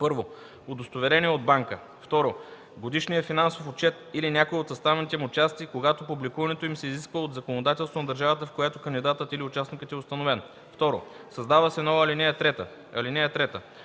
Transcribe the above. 1. удостоверение от банка; 2. годишния финансов отчет или някоя от съставните му части, когато публикуването им се изисква от законодателството на държавата, в която кандидатът или участникът е установен.” 2. Създава се нова ал.